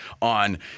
on